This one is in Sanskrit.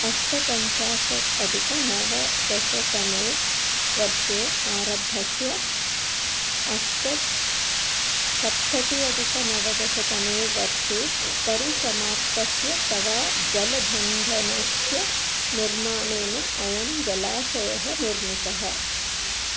अष्टपञ्चाशतधिकनवदशतमे वर्षे आरब्धस्य अष्टसप्तत्यधिकनवदशतमे वर्षे परिसमाप्तस्य तव जलबन्धनस्य निर्माणेन अयं जलाशयः निर्मितः